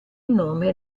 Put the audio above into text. nome